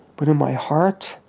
but in my heart,